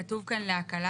כתוב כאן להקלה,